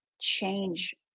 change